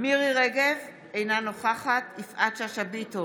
מירי מרים רגב, אינה נוכחת יפעת שאשא ביטון,